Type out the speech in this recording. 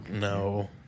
No